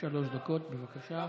שלוש דקות, בבקשה.